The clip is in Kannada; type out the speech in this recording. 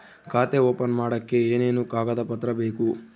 ಖಾತೆ ಓಪನ್ ಮಾಡಕ್ಕೆ ಏನೇನು ಕಾಗದ ಪತ್ರ ಬೇಕು?